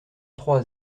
trois